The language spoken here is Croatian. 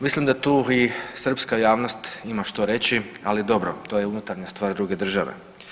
Mislim da tu i srpska javnost ima što reći, ali dobro to je unutarnja stvar druge države.